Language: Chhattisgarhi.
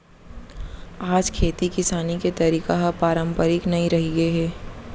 आज खेती किसानी के तरीका ह पारंपरिक नइ रहिगे हे